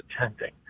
attending